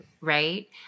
Right